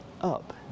up